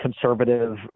conservative